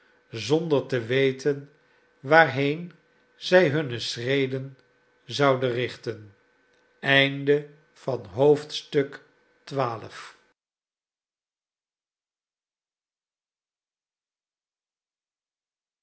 zonder te weten waarheen zij hunne schreden zouden richten